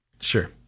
Sure